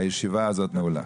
הישיבה הזאת נעולה.